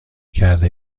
کرده